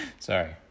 Sorry